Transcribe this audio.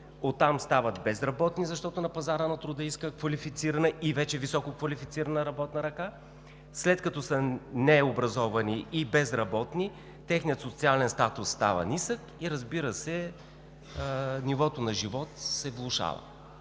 оттам стават безработни, защото на пазара на труда искат квалифицирана и висококвалифицирана работна ръка. След като са необразовани и безработни, техният социален статус става нисък и, разбира се, нивото на живот се влошава.